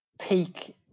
peak